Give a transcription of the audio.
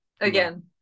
again